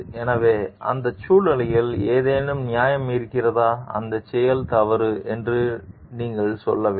எனவே அந்தச் சூழ்நிலையில் ஏதேனும் நியாயம் இருந்ததா அந்தச் செயல் தவறு என்று நீங்கள் சொல்லவில்லை